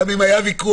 גם אם היה ויכוח,